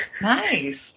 nice